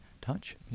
touch